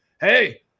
hey